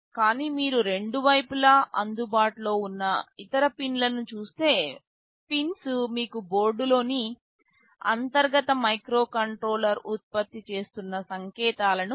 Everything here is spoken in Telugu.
కానీ మీరు రెండు వైపులా అందుబాటులో ఉన్న ఇతర పిన్లను చూస్తే పిన్స్ మీకు బోర్డులోని అంతర్గత మైక్రోకంట్రోలర్ ఉత్పత్తి చేస్తున్న సంకేతాలను అందిస్తుంది